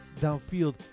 downfield